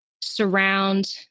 surround